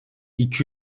iki